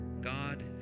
God